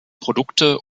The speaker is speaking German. produkte